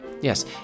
Yes